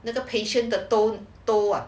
那个 patient 的都多